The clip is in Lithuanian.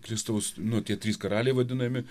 kristaus nu tie trys karaliai vadinami